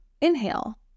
inhale